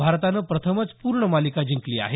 भारतानं प्रथमच पूर्ण मालिका जिंकली आहे